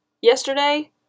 yesterday